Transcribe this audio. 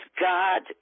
God